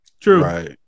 True